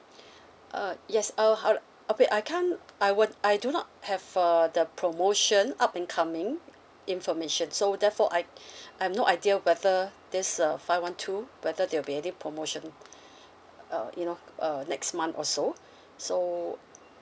uh yes uh how okay I can't I won't I do not have err the promotion up and coming information so therefore I I've no idea whether this uh five one two whether there will be any promotion uh you know uh next month or so so